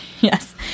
Yes